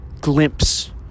glimpse